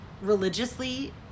religiously